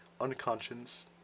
unconscious